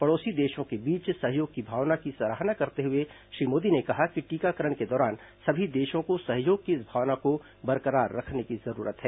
पड़ोसी देशों के बीच सहयोग की भावना की सराहना करते हुए श्री मोदी ने कहा कि टीकाकरण के दौरान सभी देशों को सहयोग की इस भावना को बरकरार रखने की जरूरत है